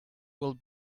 will